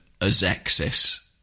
Azexis